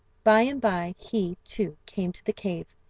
by-and-by he, too, came to the cave,